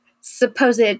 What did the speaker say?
supposed